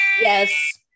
yes